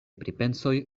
pripensoj